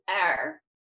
air